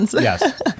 Yes